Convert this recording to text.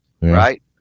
right